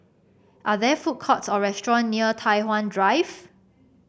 are there food courts or restaurant near Tai Hwan Drive